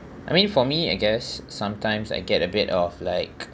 I mean for me I guess sometimes I get a bit of like